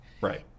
right